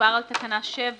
מדובר על תקנה 7